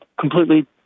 completely